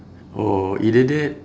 or either that